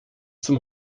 zum